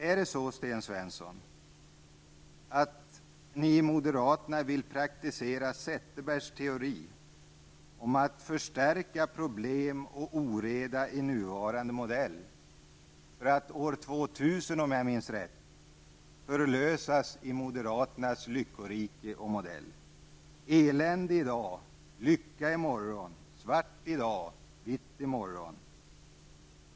Är det så, Sten Svensson, att ni moderater vill praktisera Zetterbergs teori om att förstärka problem och oreda i nuvarande modell -- för att år 2000, om jag minns rätt, förlösas i moderaternas lyckorike och modell? Elände i dag -- lycka i morgon. Svart i dag -- vitt i morgon.